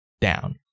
down